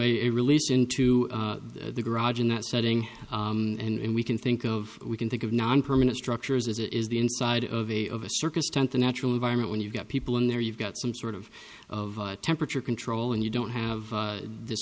it released into the garage in that setting and we can think of we can think of nonpermanent structures as it is the inside of a of a circus tent the natural environment when you've got people in there you've got some sort of temperature control and you don't have this th